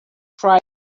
cried